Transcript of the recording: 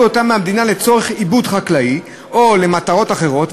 אותם מהמדינה לצורך עיבוד חקלאי או למטרות אחרות,